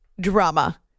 Drama